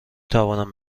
توانم